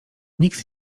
nikt